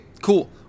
cool